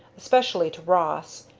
especially to ross.